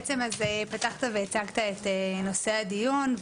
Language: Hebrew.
בעצם פתחת והצגת את נושא הדיון,